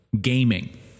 gaming